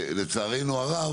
לצערנו הרב,